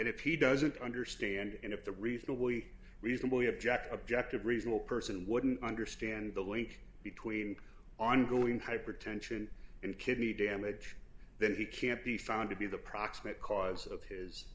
and if he doesn't understand and if the reasonably reasonably object objective reasonable person wouldn't understand the link between ongoing hypertension and kidney damage then he can't be found to be the proximate cause of his